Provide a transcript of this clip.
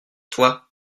toi